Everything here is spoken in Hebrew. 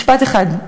משפט אחד.